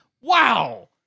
Wow